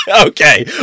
Okay